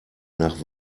nach